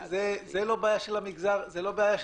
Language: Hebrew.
לא רק על המדינה אלא גם על